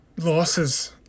losses